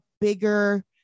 bigger